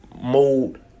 mode